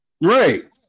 Right